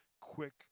quick